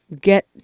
get